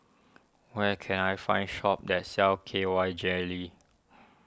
where can I find shop that sells K Y Jelly